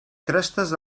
crestes